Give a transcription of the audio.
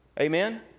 Amen